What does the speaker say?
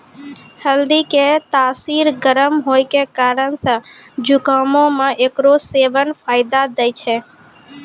हल्दी के तासीर गरम होय के कारण से जुकामो मे एकरो सेबन फायदा दै छै